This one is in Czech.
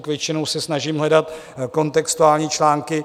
Většinou se snažím hledat kontextuální články.